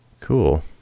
cool